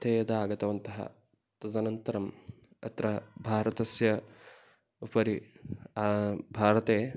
ते यदा आगतवन्तः तदनन्तरम् अत्र भारतस्य उपरि भारते